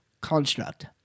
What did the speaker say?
construct